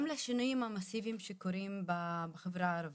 לשינויים המאסיביים שקורים בחברה הערבית.